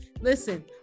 listen